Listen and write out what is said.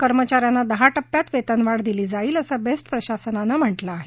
कर्मचाऱ्यांना दहा टप्प्यांत वेतनवाढ दिली जाईल असं बेस्ट प्रशासनानं म्हटलं आहे